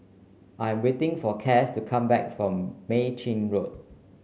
I'm waiting for Cas to come back from Mei Chin Road